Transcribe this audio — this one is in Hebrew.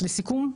אז לסיכום,